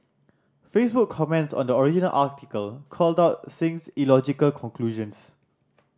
Facebook comments on the original article called out Singh's illogical conclusions